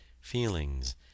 feelings